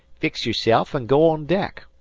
fix yerself an' go on deck.